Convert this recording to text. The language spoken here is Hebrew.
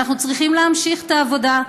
ואנחנו צריכים להמשיך את העבודה.